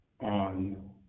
on